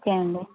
okay అండి